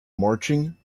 marching